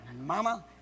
Mama